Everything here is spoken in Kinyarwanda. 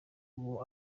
uwo